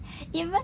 even